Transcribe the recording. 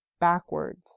backwards